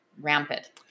rampant